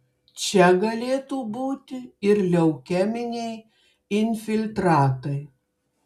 čia galėtų būti ir leukeminiai infiltratai